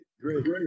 great